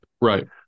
Right